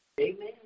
Amen